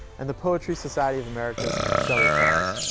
and the poetry society of america's shelley prize.